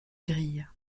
grilles